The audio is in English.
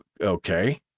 okay